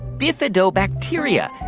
bifidobacteria.